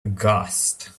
aghast